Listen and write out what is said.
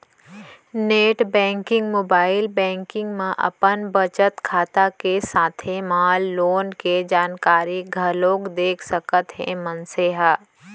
net banking, mobile banking म अपन बचत खाता के साथे म लोन के जानकारी घलोक देख सकत हे मनसे ह